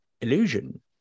illusion